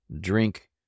drink